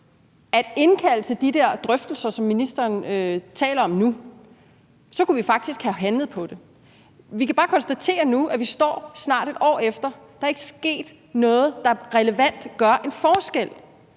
at indkalde til de der drøftelser, som ministeren taler om nu, og så kunne vi faktisk have handlet på det. Vi kan bare konstatere nu, at vi står her snart et år efter og der ikke er sket noget, der relevant gør en forskel.